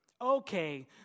Okay